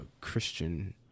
Christian